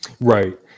Right